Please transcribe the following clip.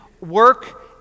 work